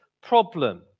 problem